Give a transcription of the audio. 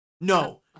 No